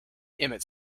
emmett